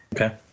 Okay